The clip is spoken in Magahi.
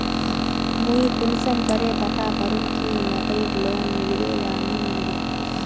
मुई कुंसम करे पता करूम की मकईर लोन मिलबे या नी मिलबे?